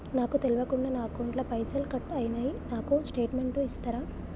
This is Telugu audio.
నాకు తెల్వకుండా నా అకౌంట్ ల పైసల్ కట్ అయినై నాకు స్టేటుమెంట్ ఇస్తరా?